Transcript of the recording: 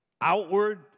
outward